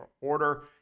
order